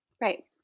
Right